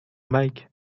mike